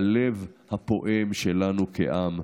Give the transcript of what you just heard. הלב הפועם שלנו כעם.